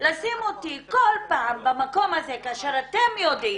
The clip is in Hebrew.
לשים אותי כל פעם במקום הזה כאשר אתם יודעים